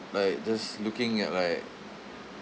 like just looking at like